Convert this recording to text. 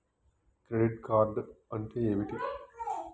Credit card అంటే ఏమిటి?